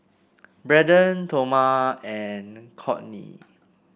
Braden Toma and Cortney